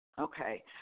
Okay